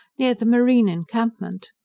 near the marine encampment.